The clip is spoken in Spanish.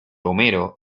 homero